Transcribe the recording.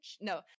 No